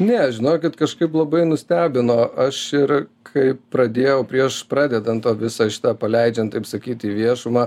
ne žinokit kažkaip labai nustebino aš ir kai pradėjau prieš pradedant tą visą šitą paleidžiant taip sakyt į viešumą